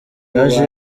yaje